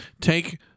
take